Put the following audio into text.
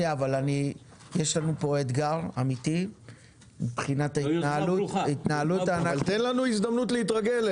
יש לנו אתגר אמיתי מבחינת ההתנהלות --- תן לנו הזדמנות להתרגל,